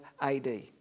AD